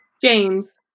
James